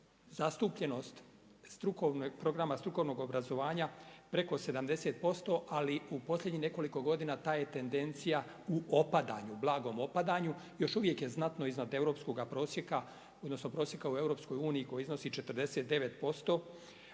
zastupljenost programa strukovnog obrazovanja preko 70%, ali u posljednjih nekoliko godina, ta je tendencija u opadanju, blagom opadanju. Još uvijek je znatno iznad europskoga prosjeka, odnosno prosjeka u EU, koji iznosi 49%